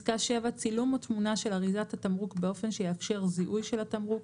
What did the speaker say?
צילום או תמונה של אריזת התמרוק באופן שיאפשר זיהוי של התמרוק.